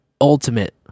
ultimate